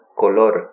color